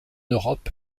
europe